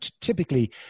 typically